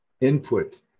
input